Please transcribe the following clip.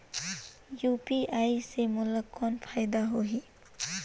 UPI से मोला कौन फायदा होही?